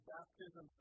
Baptism